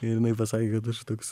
ir jinai pasakė kad aš toks